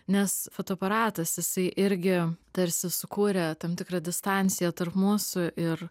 nes fotoaparatas jisai irgi tarsi sukūrė tam tikrą distanciją tarp mūsų ir